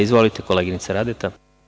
Izvolite, koleginice Radeta.